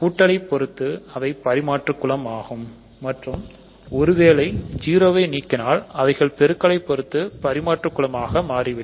கூட்டலை பொறுத்து அவை பரிமாற்று குலம் ஆகும் மற்றும் ஒருவேளை 0 ஐ நீக்கினால்அவைகள் பெருக்கலை பொறுத்து பரிமாற்று குலமாக மாறிவிடும்